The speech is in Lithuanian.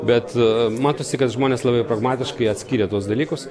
bet matosi kad žmonės labai pragmatiškai atskyrė tuos dalykus